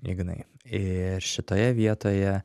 ignai ir šitoje vietoje